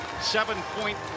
seven-point